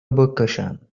بکشند